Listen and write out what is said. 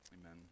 Amen